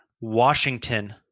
Washington